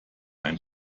ein